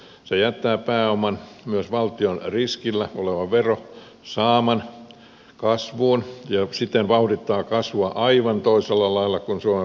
se jättää pääoman myös valtion riskillä olevan verosaaman yrityksen kasvuun ja siten vauhdittaa kasvua aivan toisella lailla kuin suomen verokohtelu